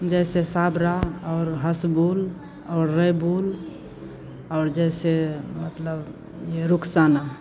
जैसे साबरा और हसबुल और रयबुल और जैसे मतलब यह रुकसाना